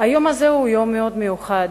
היום הזה הוא יום מאוד מיוחד.